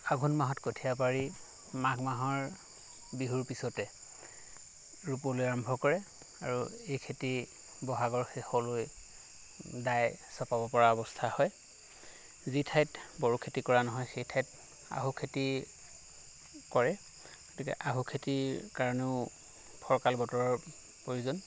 আঘোণ মাহত কঠীয়া পাৰি মাঘ মাহৰ বিহুৰ পিছতে ৰুবলৈ আৰম্ভ কৰে আৰু এই খেতি ব'হাগৰ শেষলৈ দাই চপাব পৰা অৱস্থা হয় যি ঠাইত বড়ো খেতি কৰা নহয় সেই ঠাইত আহু খেতি কৰে তেতিয়া আহু খেতিৰ কাৰণেও ফৰকাল বতৰৰ প্ৰয়োজন